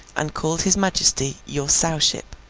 and called his majesty your sowship.